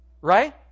Right